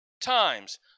times